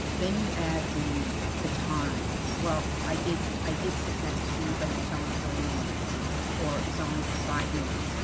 then you add the the time. well, i did i did sit next to you, but it was only for a moment or it was only for five minutes.